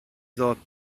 ddod